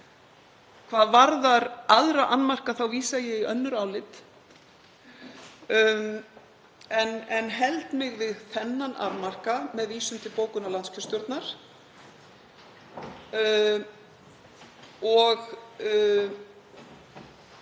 Hvað varðar aðra annmarka vísa ég í önnur álit en held mig við þennan annmarka með vísun til bókunar landskjörstjórnar og